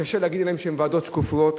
קשה להגיד עליהן שהן ועדות שקופות,